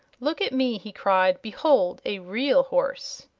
look at me! he cried. behold a real horse!